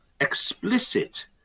explicit